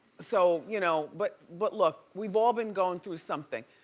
so you know but but look, we've all been going through something.